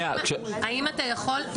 האם אתה יכול?